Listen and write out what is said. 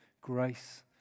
grace